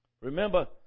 Remember